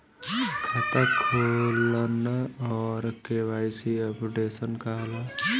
खाता खोलना और के.वाइ.सी अपडेशन का होला?